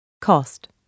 Cost